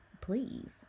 Please